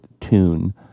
tune